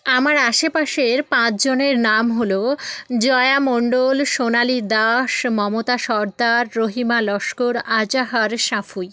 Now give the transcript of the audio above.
আমার আশেপাশের পাঁচজনের নাম হলো জয়া মন্ডল সোনালি দাস মমতা সর্দার রহিমা লস্কর আজাহার সাফুই